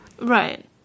Right